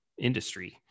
industry